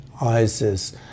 Isis